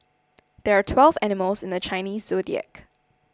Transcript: there are twelve animals in the Chinese zodiac